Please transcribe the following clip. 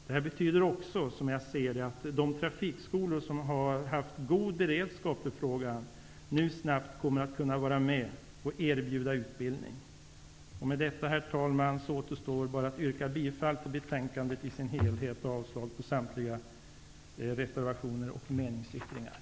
Som jag ser det betyder detta att de trafikskolor som har haft god beredskap nu snabbt kommer att kunna vara med och erbjuda utbildning. Herr talman! Med det anförda återstår bara att yrka bifall till utskottets hemställan i dess helhet samt avslag på samtliga reservationer och på meningsyttringen.